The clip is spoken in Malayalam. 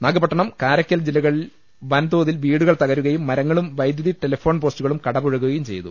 നാഗപട്ടണം കാരയ്ക്കൽ ജില്ലകളിൽ വൻ തോതിൽ വീടു കൾ തകരുകയും മരങ്ങളും വൈദ്യുതി ടെലിഫോൺ പോസ്റ്റുകളും കടപുഴകുകയും ചെയ്തു